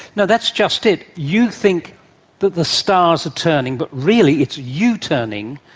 no, that's just it. you think that the stars are turning, but really it's you turning.